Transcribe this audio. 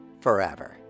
forever